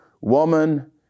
Woman